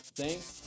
thanks